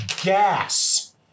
gas